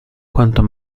quanto